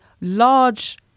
large